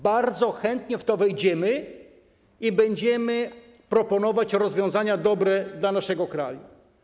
Bardzo chętnie w to wejdziemy i będziemy proponować rozwiązania dobre dla naszego kraju.